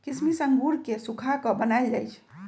किशमिश अंगूर के सुखा कऽ बनाएल जाइ छइ